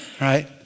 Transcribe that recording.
right